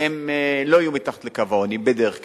הם לא יהיו מתחת לקו העוני, בדרך כלל.